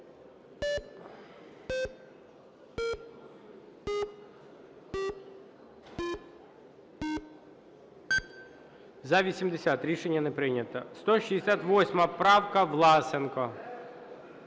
За-80 Рішення не прийнято. 168 правка, Власенко.